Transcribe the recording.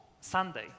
Sunday